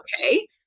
okay